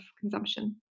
consumption